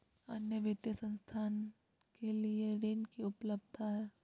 अन्य वित्तीय संस्थाएं के लिए ऋण की उपलब्धता है?